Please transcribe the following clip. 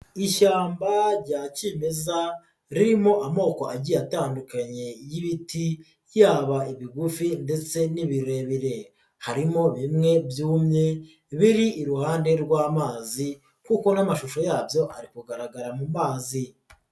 Ishyamba rya kimeza ririmo amoko agiye atandukanye y'ibiti, yaba bigufi ndetse n'ibirebire. Harimo bimwe byumye biri iruhande rw'amazi kuko n'amashusho yabyo ari kugaragara mu mazi.